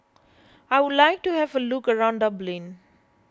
I would like to have a look around Dublin